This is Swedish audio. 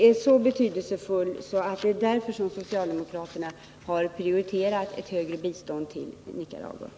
Detta har vi socialdemokrater ansett så betydelsefullt att vi prioriterat ett högre bistånd till Nicaragua.